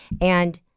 And-